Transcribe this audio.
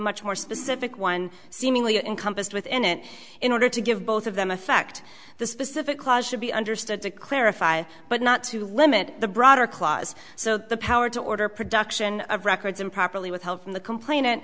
much more specific one seemingly encompassed within it in order to give both of them a fact the specific law should be understood to clarify but not to limit the broader clause so the power to order production of records improperly withheld from the complain